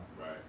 Right